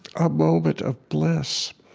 a moment of bliss.